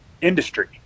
industry